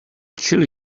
chilli